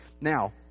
Now